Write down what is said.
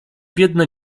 biedne